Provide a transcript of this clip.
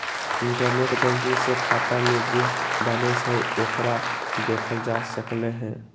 internet banking से खाता में जे बैलेंस हई ओकरा देखल जा सकलई ह